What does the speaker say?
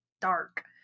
dark